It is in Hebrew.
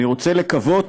אני רוצה לקוות